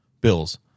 Bills